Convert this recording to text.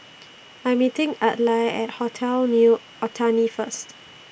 I Am meeting Adlai At Hotel New Otani First